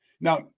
Now